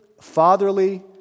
fatherly